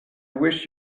wish